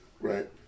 right